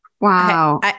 Wow